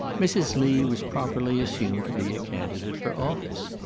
mrs. lee was properly assumed to be a candidate for office.